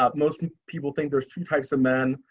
ah most people think there's two types of men.